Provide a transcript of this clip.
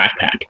backpack